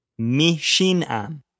Mishinam